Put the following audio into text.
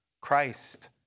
Christ